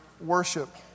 worship